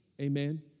Amen